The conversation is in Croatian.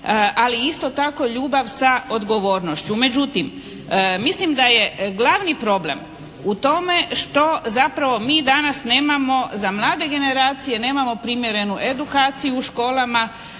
Ali isto tako ljubav sa odgovornošću. Međutim, mislim da je glavni problem u tome što zapravo mi danas nemamo za mlade generacije nemamo primjerenu edukaciju u školama.